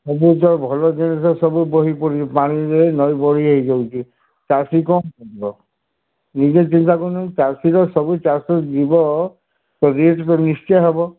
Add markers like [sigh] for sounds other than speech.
ସବୁ ତ ଭଲ ଜିନିଷ ସବୁ ବୋହି ପଡ଼ୁଛି ପାଣିରେ ନଇ ବଢ଼ି ହୋଇ ଯାଉଛି ଚାଷୀ କ'ଣ କରିବ ନିଜେ ଚିନ୍ତା କରନ୍ତୁ ଚାଷୀର ସବୁ ଚାଷ ଯିବ [unintelligible] ନିଶ୍ଟୟ ହେବ